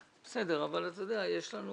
בסדר, אבל אתה יודע, יש לנו